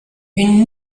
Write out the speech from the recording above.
une